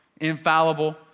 infallible